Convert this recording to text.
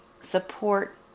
support